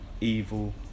evil